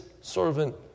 servant